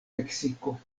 meksiko